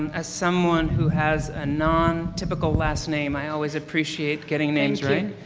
as someone who has a non typical last name i always appreciate getting names right.